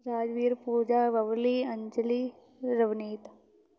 Rajveer Pooja Babli Anjali Ravneet